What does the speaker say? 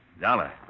Dollar